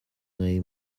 ngei